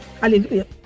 Hallelujah